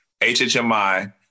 HHMI